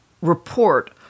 report